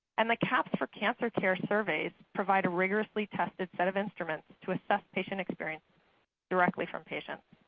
and the cahps for cancer care surveys provide a rigorously tested set of instruments to assess patient experience directly for patients.